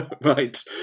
right